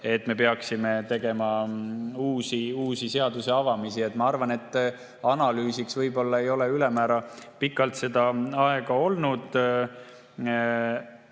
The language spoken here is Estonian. et me peaksime tegema uusi seaduse avamisi. Ma arvan, et analüüsiks võib-olla ei ole ülemäära pikalt seda aega olnud. Mis